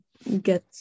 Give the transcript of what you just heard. get